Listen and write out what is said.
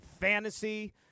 fantasy